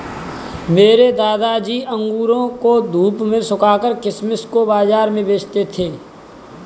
मेरे दादाजी अंगूरों को धूप में सुखाकर किशमिश को बाज़ार में बेचते थे